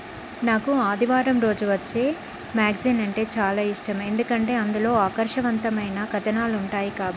నాకు ఆదివారం రోజు వచ్చే మ్యాగజీన్ అంటే చాలా ఇష్టం ఎందుకంటే అందులో ఆకర్షవంతమైన కథనాలు ఉంటాయి కాబట్టి